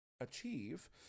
achieve